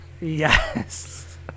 Yes